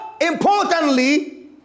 importantly